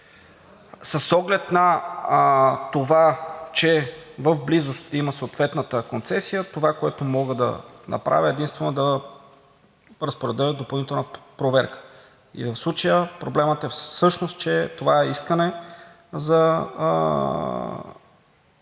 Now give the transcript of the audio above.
С оглед това, че в близост има съответната концесия, това, което мога да направя единствено, е да разпоредя допълнителна проверка. В случая проблемът е всъщност, че това искане е